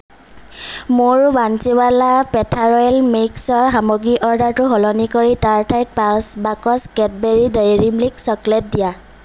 মোৰ Bansiwala petha royal mixer সামগ্ৰীৰ অৰ্ডাৰটো সলনি কৰি তাৰ ঠাইত পাঁচ বাকচ কেডবেৰী ডেইৰী মিল্ক চকলেট দিয়া